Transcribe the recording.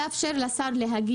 להשמיע